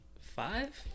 Five